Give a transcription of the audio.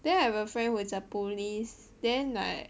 then I have a friend who is a police then like